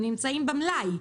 הם נמצאים במלאי,